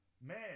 man